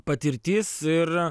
patirtis ir